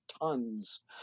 tons